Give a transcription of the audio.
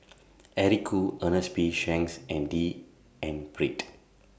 Eric Khoo Ernest P Shanks and D N Pritt